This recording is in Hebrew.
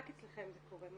רק אצלכם זה קורה,